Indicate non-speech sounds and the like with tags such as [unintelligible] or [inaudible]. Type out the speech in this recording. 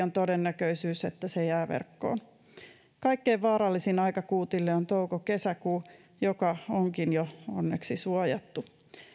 [unintelligible] on todennäköisyys että se jää verkkoon kaikkein vaarallisin aika kuutille on touko kesäkuu joka onkin jo onneksi suojattu